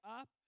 up